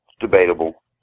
debatable